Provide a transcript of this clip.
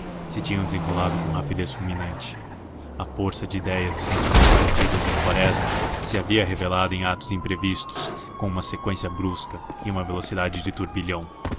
se tinham desenrolado com rapidez fulminante a força de idéias e sentimentos contidos em quaresma se havia revelado em atos imprevistos com uma seqüência brusca e uma velocidade de turbilhão